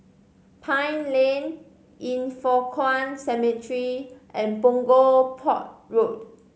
Pine Lane Yin Foh Kuan Cemetery and Punggol Port Road